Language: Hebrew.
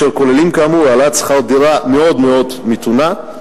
אשר כוללים כאמור העלאת שכר דירה מאוד מאוד מתונה,